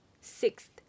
Sixth